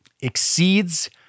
exceeds